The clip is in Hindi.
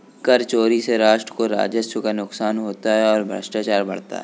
कर चोरी से राष्ट्र को राजस्व का नुकसान होता है और भ्रष्टाचार बढ़ता है